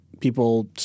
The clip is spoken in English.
People